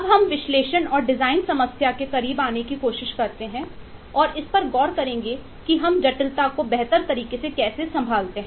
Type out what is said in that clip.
अब हम विश्लेषण और डिजाइन समस्या के करीब आने की कोशिश करते हैं और इस पर गौर करेंगे कि हम जटिलता को बेहतर तरीके से कैसे संभालते हैं